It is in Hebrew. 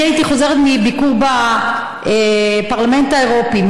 אני חוזרת מביקור בפרלמנט האירופי.